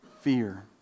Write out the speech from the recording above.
fear